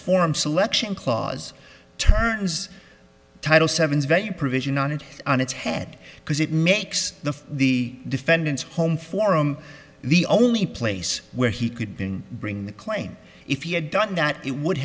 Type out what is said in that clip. form selection clause turns title seven value provision on it on its head because it makes the the defendant's home forum the only place where he could be in bring the claim if he had done that it would